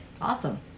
Awesome